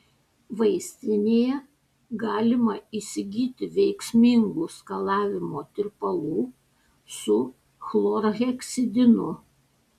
vaistinėje galima įsigyti veiksmingų skalavimo tirpalų su chlorheksidinu